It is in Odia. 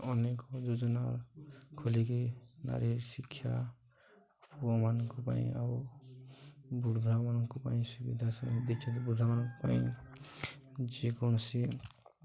ଅନେକ ଯୋଜନା ଖୋଲିକି ନାରୀ ଶିକ୍ଷା ପୁଅମାନଙ୍କ ପାଇଁ ଆଉ ବୃଦ୍ଧାମାନଙ୍କ ପାଇଁ ସୁବିଧା ସୁ ଦେଛନ୍ତି ବୃଦ୍ଧାମାନଙ୍କ ପାଇଁ ଯେକୌଣସି